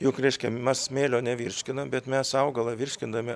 jog reiškia mes smėlio nevirškinam bet mes augalą virškindami